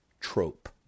trope